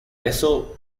eso